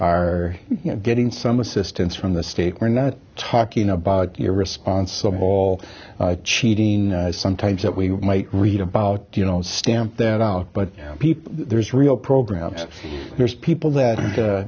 are getting some assistance from the state we're not talking about the irresponsible cheating sometimes that we might read about you know stamp that out but there's real programs people that